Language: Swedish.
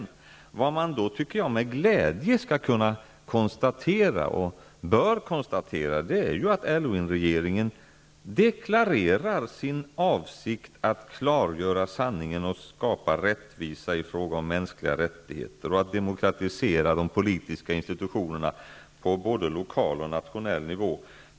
Man bör med glädje konstatera att Aylwinregeringen deklarerar sin avsikt att ta fram sanningen, skapa rättvisa i fråga om mänskliga rättigheter och demokratisera de politiska institutionerna på både lokal och nationell nivå.